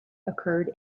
occurred